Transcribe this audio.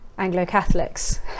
Anglo-Catholics